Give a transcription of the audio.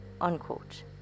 unquote